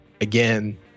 Again